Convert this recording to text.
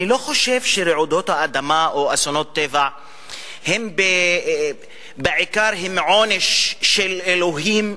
אני לא חושב שרעידות האדמה ואסונות טבע בעיקר הם עונש של אלוהים,